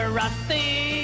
rusty